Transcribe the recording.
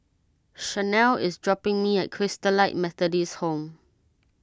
Shanelle is dropping me at Christalite Methodist Home